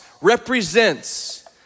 represents